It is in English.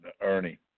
Ernie